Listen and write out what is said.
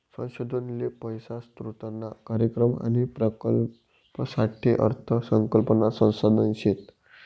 संशोधन ले पैसा स्रोतना कार्यक्रम आणि प्रकल्पसाठे अर्थ संकल्पना संसाधन शेत